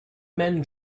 men